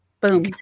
Boom